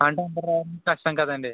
అంటే అందరు రావడానికి కష్టం కదండి